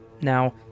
Now